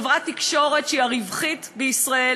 חברת תקשורת שהיא הרווחית בישראל,